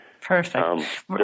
Perfect